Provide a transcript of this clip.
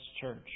church